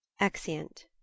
Exeunt